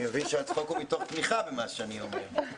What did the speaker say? אני מבין שהצחוק הוא מתוך תמיכה במה שאני אומר.